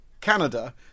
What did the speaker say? Canada